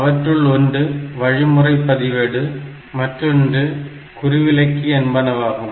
அவற்றுள் ஒன்று வழிமுறை பதிவேடு மற்றொன்று குறிவிலக்கி என்பனவாகும்